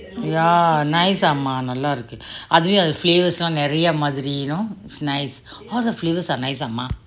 ya nice அம்மா நல்லாருக்கு அதுவே அது:amma nallarukku athuve athu flavours lah நெறைய மாதிரி:neraiya mathiri you know it's nice all the flavours is nice amma